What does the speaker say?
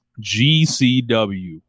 GCW